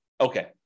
Okay